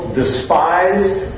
despised